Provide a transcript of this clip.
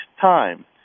time